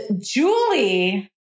Julie